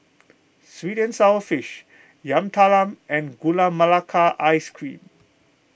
Sweet and Sour Fish Yam Talam and Gula Melaka Ice Cream